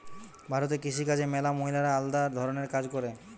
ভারতে কৃষি কাজে ম্যালা মহিলারা আলদা ধরণের কাজ করে